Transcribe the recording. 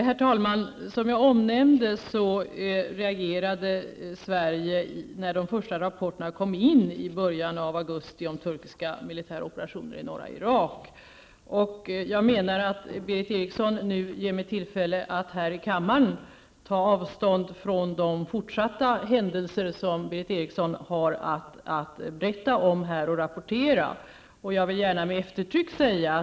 Herr talman! Som jag tidigare har sagt reagerade Sverige redan när de första rapporterna kom in i början av augusti om turkiska militäroperationer i norra Irak. Berith Eriksson ger mig nu tillfälle att här i kammaren ta avstånd från de fortsatta händelser som Berith Eriksson har rapporterat om.